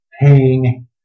paying